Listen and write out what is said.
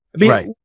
Right